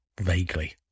vaguely